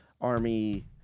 army